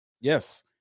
Yes